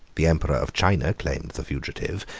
the emperor of china claimed the fugitive,